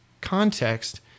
context